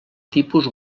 tipus